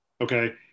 Okay